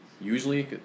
Usually